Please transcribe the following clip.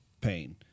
pain